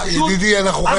עוול נוראי.